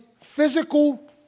physical